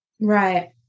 Right